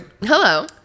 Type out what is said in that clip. Hello